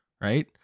right